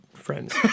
friends